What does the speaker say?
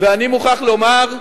ואני מוכרח לומר: